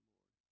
Lord